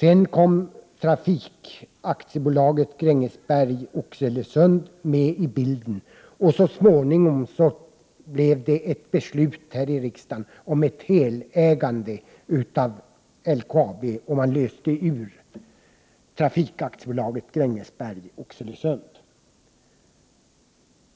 Sedan kom trafikaktiebolaget Grängesberg-Oxelösund med i bilden. Så småningom fattades det ett beslut i riksdagen om ett helägande av LKAB, och trafikaktiebolaget Grängesberg-Oxelösund